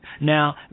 Now